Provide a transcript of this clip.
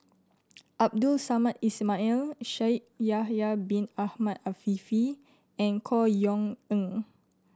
Abdul Samad Ismail Shaikh Yahya Bin Ahmed Afifi and Chor Yeok Eng